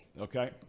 Okay